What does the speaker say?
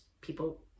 people